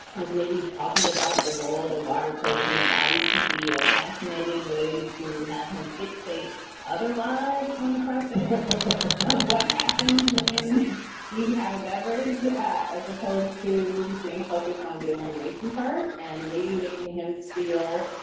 like maybe talking about the role that water plays in the body could be a fascinating way to have him fixate otherwise on the process of what happens when you have a beverage yeah as opposed to being focused on the elimination part and maybe making him feel,